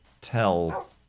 tell